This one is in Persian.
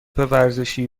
ورزشی